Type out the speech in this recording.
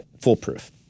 foolproof